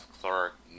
Clark